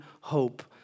hope